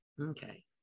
Okay